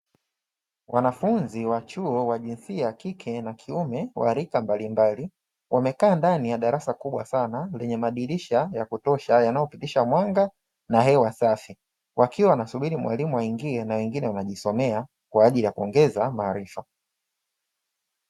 Wanafunzi wa chuo wa jinsia ya kike na kiume wa rika mbalimbali wamekaa ndani ya darasa kubwa sana lenye madirisha ya kutosha yanayopitisha mwanga na hewa safi, wakiwa wanasubiri mwalimu aingie na wengine wanajisomea kwa ajili ya kuongeza maarifa.